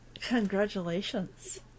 Congratulations